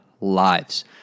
lives